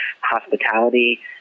hospitality